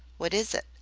what is it?